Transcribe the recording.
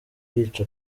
yica